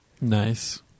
Nice